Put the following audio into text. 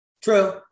True